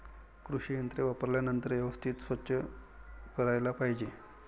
कृषी यंत्रे वापरल्यानंतर व्यवस्थित स्वच्छ करायला पाहिजे